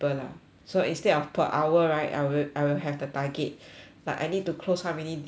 so instead of per hour right I will I will have the target like I need to close how many deal a month